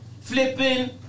flipping